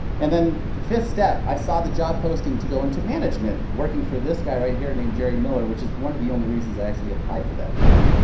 and then the fifth step, i saw the job posting to go into management, working for this guy right here named jerry miller which is one of the only reasons i actually applied for that job,